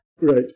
Right